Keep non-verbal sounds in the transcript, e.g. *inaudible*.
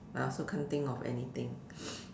I also can't think of anything *noise*